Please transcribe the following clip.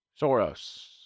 Soros